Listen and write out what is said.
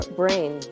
brain